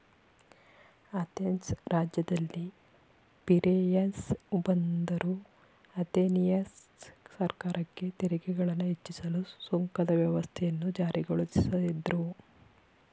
Athens ರಾಜ್ಯದಲ್ಲಿ Piraeus ಬಂದರು Athenian ಸರ್ಕಾರಕ್ಕೆ ತೆರಿಗೆಗಳನ್ನ ಹೆಚ್ಚಿಸಲು ಸುಂಕದ ವ್ಯವಸ್ಥೆಯನ್ನ ಜಾರಿಗೊಳಿಸಿದ್ರು